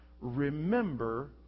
remember